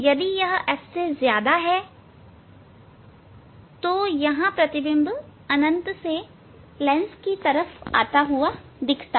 यदि यह f सबसे ज्यादा है तो यहां प्रतिबिंब अनंत से लेंस की तरफ आता हुआ दिखता है